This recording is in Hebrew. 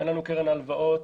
אין לנו קרן הלוואות